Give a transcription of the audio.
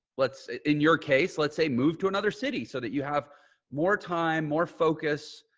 let's say in your case, let's say move to another city so that you have more time, more focus,